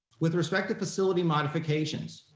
with respect to facility modifications,